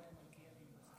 מלכיאלי נמצא.